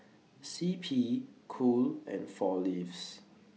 C P Cool and four Leaves